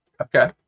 Okay